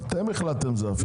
אתם החלטתם שזאת הפיכה.